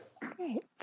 Great